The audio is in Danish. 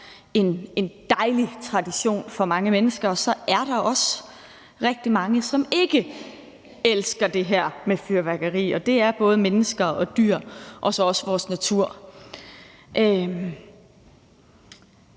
en dejlig tradition for mange mennesker. Og at der så også er rigtig mange, som ikke elsker det her med fyrværkeri, og det er både mennesker, dyr og så også vores natur.